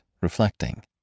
reflecting